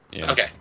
Okay